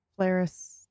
Flaris